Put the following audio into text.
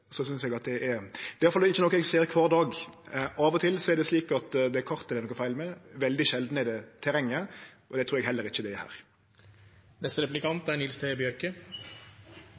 fall ikkje ser kvar dag. Av og til er det slik at det er kartet det er noko feil med, det er veldig sjeldan terrenget, og det trur eg heller ikkje det er her. Statsråden seier at ein lukkast bra, at det er